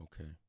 Okay